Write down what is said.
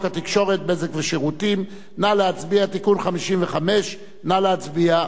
התקשורת (בזק ושידורים) (תיקון מס' 55). נא להצביע.